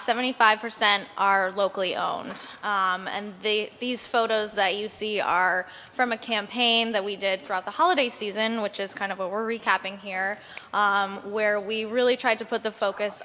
seventy five percent are locally owned and the these photos that you see are from a campaign that we did throughout the holiday season which is kind of what we're recapping here where we really tried to put the focus